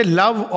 love